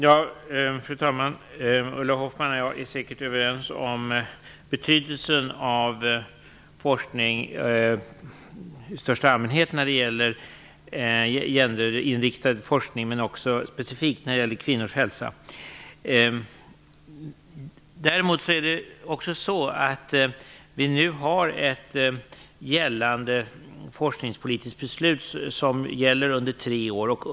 Fru talman! Ulla Hoffmann och jag är säkert överens om betydelsen av jämställdhetsforskning i största allmänhet, men också specifikt när det gäller kvinnors hälsa. Nu har vi ett forskningspolitiskt beslut som gäller under tre år.